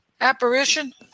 apparition